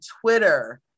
Twitter